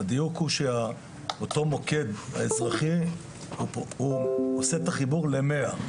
אותו מוקד אזרחי הוא עושה את החיבור ל-100,